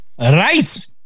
Right